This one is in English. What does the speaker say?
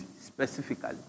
specifically